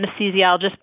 anesthesiologist